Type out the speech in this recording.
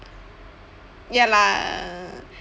ya lah